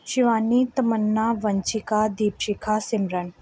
Shivani Tamanna Vanshika Deepshikha Simran